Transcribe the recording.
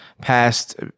passed